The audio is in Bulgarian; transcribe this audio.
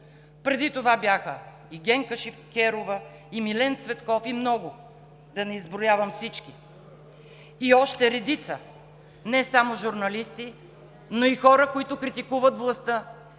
Преди това бяха и Генка Шикерова, и Милен Цветков, и много – да не изброявам всички. И още редица не само журналисти, но и хора, които критикуват властта